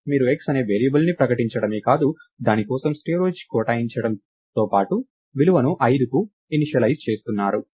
మీరు x అనే వేరియబుల్ని ప్రకటించడమే కాదు దాని కోసం స్టోరేజ్ కేటాయించడంతో పాటు విలువను 5కి ఇనీషలైజ్ చేస్తున్నారు